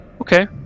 Okay